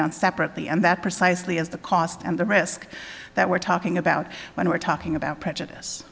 done separately and that precisely is the cost and the risk that we're talking about when we're talking about prejudice